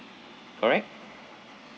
correct